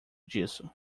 disso